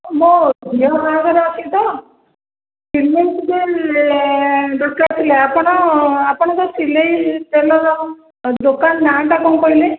ମୋ ଝିଅ ବାହାଘର ଅଛି ତ ଟିକିଏ ଦରକାର ଥିଲା ଆପଣ ଆପଣଙ୍କ ସିଲେଇ ଟେଲର୍ ଦୋକାନ ନାଁଟା କ'ଣ କହିଲେ